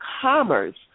Commerce